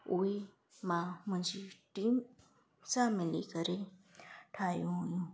उहे मां मुंहिंजी टीम सां मिली करे ठाहियूं हुयूं